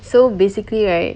so basically right